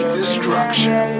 destruction